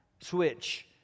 switch